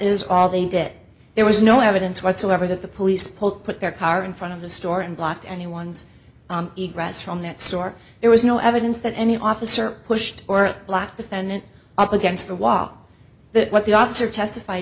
is all they did there was no evidence whatsoever that the police pulled put their car in front of the store and blocked anyone's eat rats from that store there was no evidence that any officer pushed or black defendant up against the wall that what the officer testif